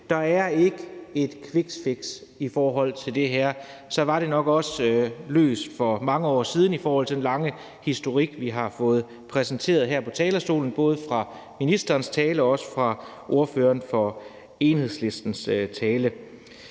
at der ikke er et quickfix i forhold til det her, for så var det nok også løst for mange år siden med den lange historik, vi har fået præsenteret her på talerstolen, både i ministerens tale og i ordføreren for Enhedslistens tale.